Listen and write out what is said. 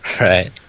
Right